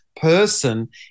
person